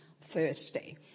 Thursday